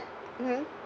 mmhmm